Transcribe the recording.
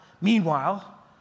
Meanwhile